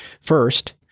First